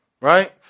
right